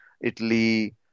Italy